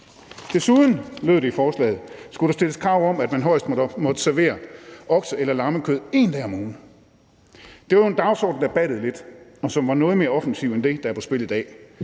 Desuden, lød det i forslaget, skulle der stilles krav om, at man højst måtte servere okse- eller lammekød 1 dag om ugen. Det var jo en dagsorden, der battede lidt, og som var noget mere offensiv end det, der er på spil i dag.